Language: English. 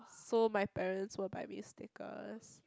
so my parents will buy me stickers